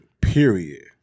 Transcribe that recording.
period